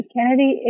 Kennedy